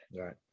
Right